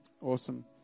Awesome